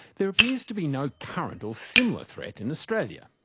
there appears to be no current or similar threat in australia.